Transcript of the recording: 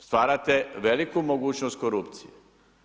Stvarate veliku mogućnost korupcije.